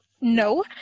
no